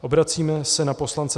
Obracíme se na poslance